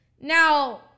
Now